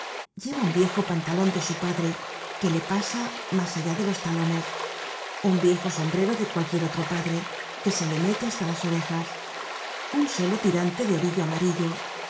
lleva un viejo pantalon de su padre que le pasa mas allá de los talones un viejo sombrero de cualquier otro padre que se le mete hasta las orejas un solo tirante de orillo amarillo